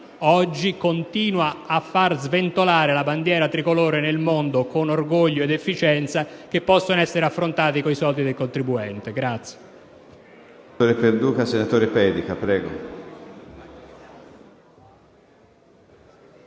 oggi continua a far sventolare la bandiera tricolore nel mondo con orgoglio ed efficienza e che possono essere affrontati con i soldi del contribuente.